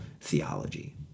theology